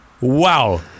wow